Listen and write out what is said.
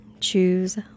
choose